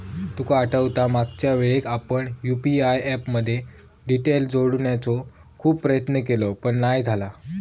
तुका आठवता मागच्यावेळेक आपण यु.पी.आय ऍप मध्ये डिटेल जोडण्याचो खूप प्रयत्न केवल पण नाय झाला